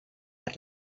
per